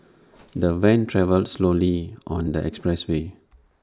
the van travelled slowly on the expressway